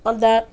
अन्त